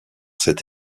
cet